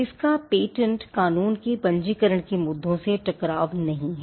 इसका पेटेंट कानून के पंजीकरण के मुद्दों से टकराव नहीं है